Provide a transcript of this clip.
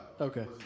Okay